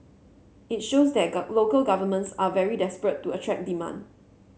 it shows that local governments are very desperate to attract demand